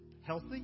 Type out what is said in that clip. healthy